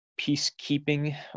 peacekeeping